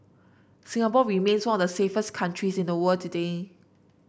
Singapore remains one of the safest countries in the world today